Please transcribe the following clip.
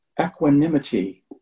equanimity